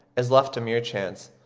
is left to mere chance,